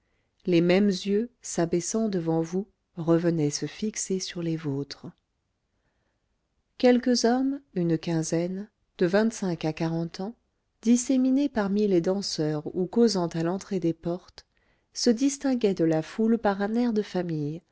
les mêmes yeux s'abaissant devant vous revenaient se fixer sur les vôtres quelques hommes une quinzaine de vingt-cinq à quarante ans disséminés parmi les danseurs ou causant à l'entrée des portes se distinguaient de la foule par un air de famille